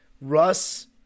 Russ